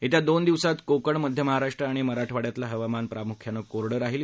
येत्या दोन दिवसात कोकण मध्य महाराष्ट आणि मराठवाड़यातलं हवामान प्राम्ख्यानं कोरडं राहील